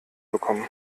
bekommen